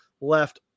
left